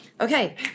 Okay